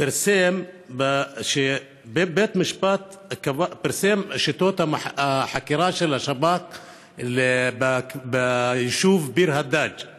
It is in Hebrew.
פרסם שבית משפט פרסם את שיטות החקירה של השב"כ ביישוב ביר הדאג';